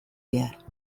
behar